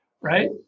right